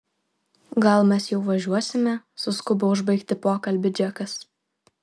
gal mes jau važiuosime suskubo užbaigti pokalbį džekas